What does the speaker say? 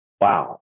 Wow